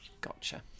Gotcha